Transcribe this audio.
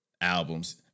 albums